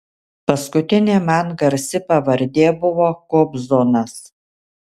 paskutinė man garsi pavardė buvo kobzonas